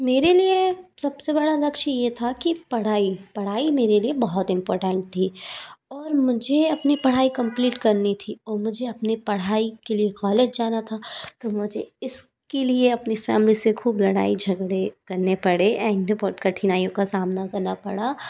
मेरे लिए सबसे बड़ा लक्ष्य ये था कि पढ़ाई पढ़ाई मेरे लिए बहुत इम्पोर्टैन्ट थी और मुझे अपनी पढ़ाई कम्पलीट करनी थी और मुझे अपनी पढ़ाई के लिए कॉलेज जाना था तो मुझे इसके लिए अपने फ़ैमिली से खूब लड़ाई झगड़े करने पड़े एंड बहुत कठिनाइयों का सामना करना पड़ा